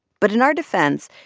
but in our defense,